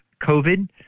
COVID